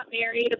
married